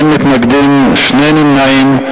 אין מתנגדים, שני נמנעים.